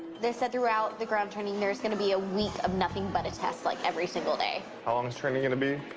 they said throughout the ground training, there's gonna be a week of nothing but a test like every single day. how long is training gonna be?